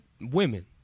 women